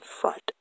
front